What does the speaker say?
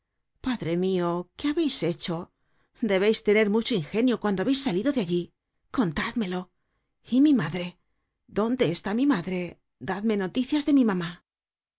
padre mio qué habeis hecho debeis tener mucho ingenio cuando habeis salido de allí contádmelo y mi madre dónde está mi madre dadme noticias de mi mamá